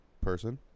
person